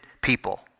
people